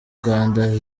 uganda